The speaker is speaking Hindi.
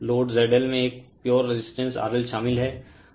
लोड ZL में एक प्योर रेजिस्टेंस RL शामिल है